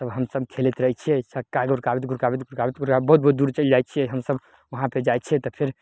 सभ हमसभ खेलैत रहय छियै चक्का गुड़काबैत गुड़काबैत गुड़काबैत गुड़का बहुत बहुत दूर चलि जाइ छियै हमसभ वहाँपर जाइ छियै तऽ फेर